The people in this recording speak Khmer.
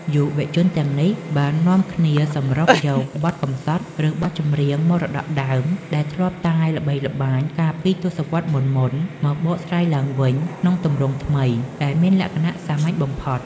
យុវជនទាំងនេះបាននាំគ្នាសម្រុកយកបទកម្សត់ ឬបទចម្រៀងមរតកដើម ដែលធ្លាប់តែល្បីល្បាញកាលពីទសវត្សរ៍មុនៗ មកបកស្រាយឡើងវិញក្នុងទម្រង់ថ្មី ដែលមានលក្ខណៈសាមញ្ញបំផុត។